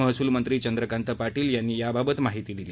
महसूल मंत्री चंद्रकांत पाटील यांनी याबाबत माहिती दिली